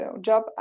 job